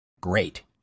Great